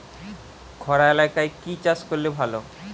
খরা এলাকায় কি চাষ করলে ভালো?